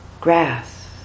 grass